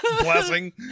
blessing